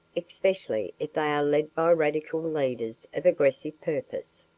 especially if they are lead by radical leaders of aggressive purpose.